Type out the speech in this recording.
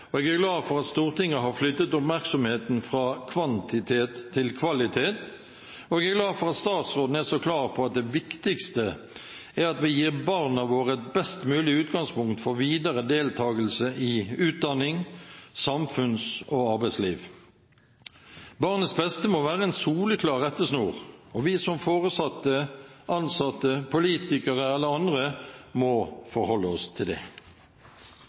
engasjementet. Jeg er glad for at Stortinget har flyttet oppmerksomheten fra kvantitet til kvalitet, og jeg er glad for at statsråden er så klar på at det viktigste er at vi gir barna våre et best mulig utgangspunkt for videre deltakelse i utdanning, samfunns- og arbeidsliv. Barnets beste må være en soleklar rettesnor, og vi som foresatte, ansatte, politikere eller andre må forholde oss til det.